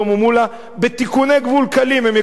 בתיקוני גבול קלים הם יקבלו את תוכנית